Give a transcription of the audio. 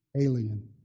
Alien